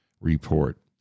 report